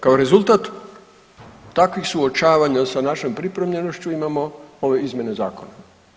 Kao rezultat takvih suočavanja sa našom pripremljenošću imamo ove izmjene zakona.